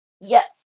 Yes